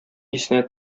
исенә